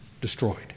destroyed